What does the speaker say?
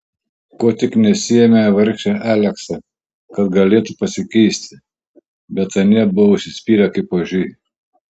ko tik nesiėmė vargšė aleksa kad galėtų pasikeisti bet anie buvo užsispyrę kaip ožiai